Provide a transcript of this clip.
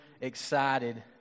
excited